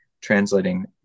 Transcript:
translating